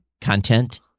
content